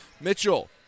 Mitchell